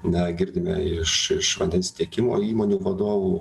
na girdime iš iš vandens tiekimo įmonių vadovų